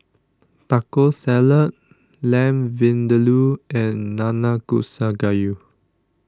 Taco Salad Lamb Vindaloo and Nanakusa Gayu